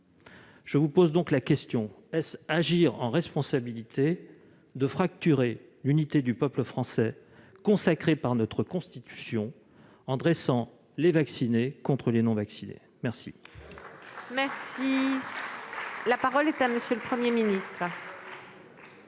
je vous pose donc la question : est-ce agir en responsabilité de fracturer l'unité du peuple français, qui est consacrée par notre Constitution, en dressant les vaccinés contre les non-vaccinés ? La